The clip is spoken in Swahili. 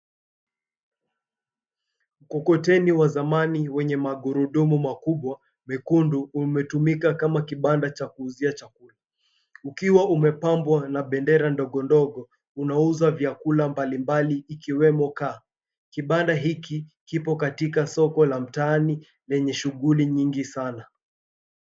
Mkokoteni wa zamani wenye magurudumu makubwa, mekundu, umetumika kama kibanda cha kuuzia chakula. Ukiwa umepambwa na bendera ndogo ndogo, unauza vyakula mbalimbali ikiwemo kaa. Kibanda hiki kipo katika soko la mtaani lenye shughuli nyingi sana.